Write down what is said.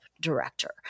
director